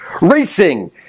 racing